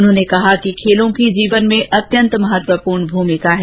उन्होंने कहा कि खेलों की जीवन मे अत्यंत महत्वपूर्ण भूमिका है